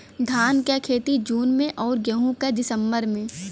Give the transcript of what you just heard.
धान क खेती जून में अउर गेहूँ क दिसंबर में?